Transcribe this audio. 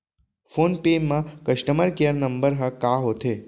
Phone पे म customer care number ह का होथे?